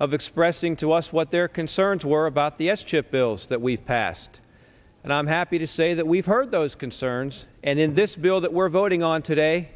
of expressing to us what their concerns were about the s chip bills that we've passed and i'm happy to say that we've heard those concerns and in this bill that we're voting on today